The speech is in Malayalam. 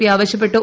പി ആവശ്യപ്പെട്ടു